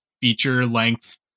feature-length